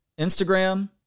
Instagram